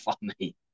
funny